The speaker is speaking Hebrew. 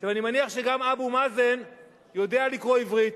עכשיו, אני מניח שגם אבו מאזן יודע לקרוא עברית.